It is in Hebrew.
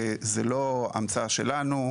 וזאת לא המצאה שלנו.